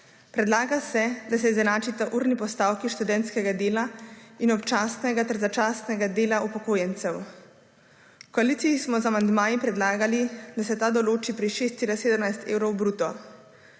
Predlaga se, da se izenačita urni postavki študentskega dela in občasnega ter začasnega dela upokojencev. V koaliciji smo z amandmaji predlagali, da se ta določi pri 6,17 evrov bruto.